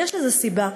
ויש לזה סיבה.